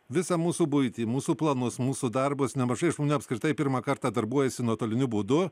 visą mūsų buitį mūsų planus mūsų darbus nemažai žmonių apskritai pirmą kartą darbuojasi nuotoliniu būdu